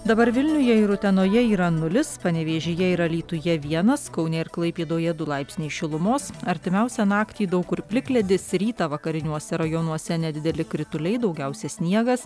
dabar vilniuje ir utenoje yra nulis panevėžyje ir alytuje vienas kaune ir klaipėdoje du laipsniai šilumos artimiausią naktį daug kur plikledis rytą vakariniuose rajonuose nedideli krituliai daugiausia sniegas